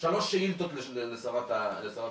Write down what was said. העברתי שלוש שאילתות לשרת התחבורה,